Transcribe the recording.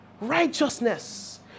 Righteousness